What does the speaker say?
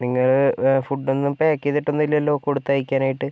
നിങ്ങൾ ഫുഡ് ഒന്നും പാക്ക് ചെയ്തിട്ടൊന്നും ഇല്ലല്ലോ കൊടുത്ത് അയക്കാൻ ആയിട്ട്